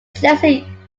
chosen